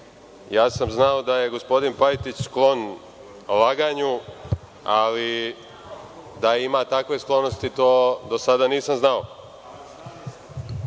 Ja sam znao da je gospodin Pajtić sklon laganju, ali da ima takve sklonosti, to do sada nisam znao. Ja